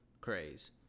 craze